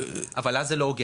אבל זה לא הוגן.